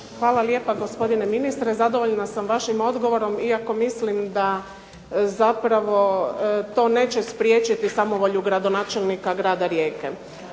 Hvala lijepa gospodine ministre, zadovoljna sam vašim odgovorom, iako mislim da to neće spriječiti samovolju gradonačelnika Rijeke.